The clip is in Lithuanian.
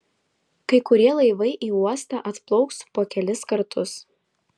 kai kurie laivai į uostą atplauks po kelis kartus